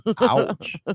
Ouch